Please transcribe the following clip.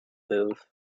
move